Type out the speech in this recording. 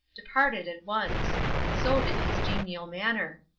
departed at once so did his genial manner.